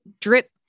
drip